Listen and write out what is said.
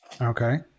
okay